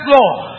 Lord